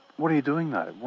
what are you doing though?